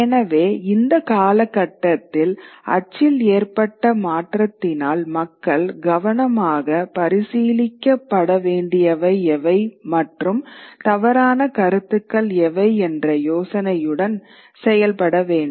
எனவே இந்த காலகட்டத்தில் அச்சில் ஏற்பட்ட மாற்றத்தினால் மக்கள் கவனமாக பரிசீலிக்கப்பட வேண்டியவை எவை மற்றும் தவறான கருத்துக்கள் எவை என்ற யோசனையுடன் செயல்பட வேண்டும்